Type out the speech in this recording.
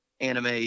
anime